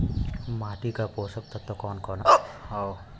माटी क पोषक तत्व कवन कवन ह?